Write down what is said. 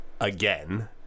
again